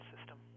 system